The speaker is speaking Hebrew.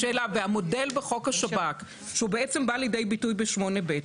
השאלה המודל בחוק השב"כ שהוא בעצם בא לידי ביטוי ב-8ב,